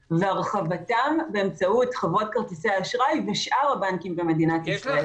והרחבתם באמצעות חברות כרטיסי האשראי ושאר הבנקים במדינת ישראל".